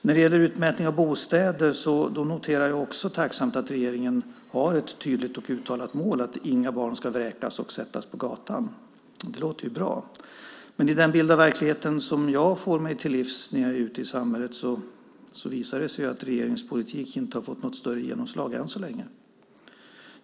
När det gäller utmätning av bostäder noterar jag också tacksamt att regeringen har ett tydligt och uttalat mål, att inga barn ska vräkas och sättas på gatan. Det låter ju bra, men den bild av verkligheten som jag får mig till livs när jag är ute i samhället visar att regeringens politik inte har fått något större genomslag än så länge.